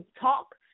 talk